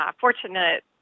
fortunate